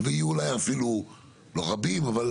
ויהיו אולי אפילו, לא רבים, אבל